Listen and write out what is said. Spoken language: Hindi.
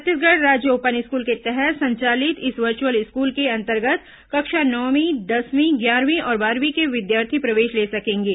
छत्तीसगढ़ राज्य ओपन स्कूल के तहत संचालित इस वर्चुअल स्कूल के अंतर्गत कक्षा नवमीं दसवीं ग्यारहवीं और बारहवीं के विद्यार्थी प्रवेश ले सकेंगे